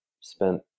spent